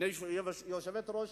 הנה יושבת-ראש